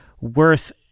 worth